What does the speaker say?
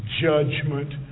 judgment